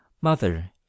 mother